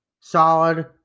solid